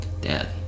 Dad